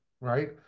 right